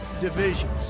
divisions